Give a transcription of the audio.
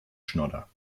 schnodder